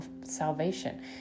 salvation